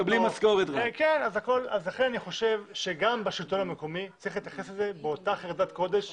לכן אני חושב שגם בשלטון המקומי צריך להתייחס לזה באותה חרדת קודש.